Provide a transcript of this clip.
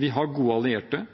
Vi har gode allierte,